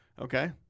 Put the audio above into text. okay